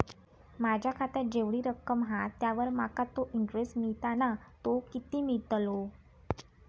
माझ्या खात्यात जेवढी रक्कम हा त्यावर माका तो इंटरेस्ट मिळता ना तो किती मिळतलो?